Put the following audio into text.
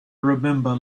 remember